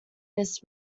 this